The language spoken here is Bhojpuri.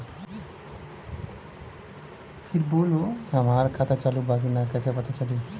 हमार खाता चालू बा कि ना कैसे पता चली?